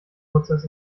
nutzers